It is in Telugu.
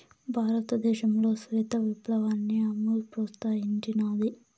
భారతదేశంలో శ్వేత విప్లవాన్ని అమూల్ ప్రోత్సహించినాది